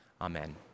Amen